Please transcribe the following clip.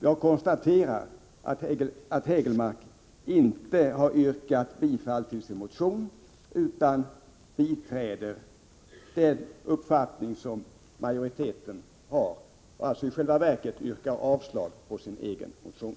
Jag konstaterar att Eric Hägelmark inte har yrkat bifall till sin motion utan biträder den uppfattning som utskottsmajoriteten har. I själva verket yrkar han alltså avslag på sin egen motion.